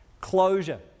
closure